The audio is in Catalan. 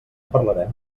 parlarem